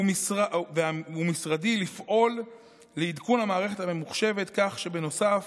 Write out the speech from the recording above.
ומשרדי לפעול לעדכון המערכת הממוחשבת כך שנוסף